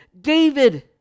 David